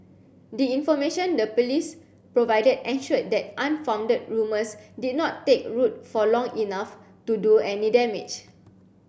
the information the police provided ensured that unfounded rumors did not take root for long enough to do any damage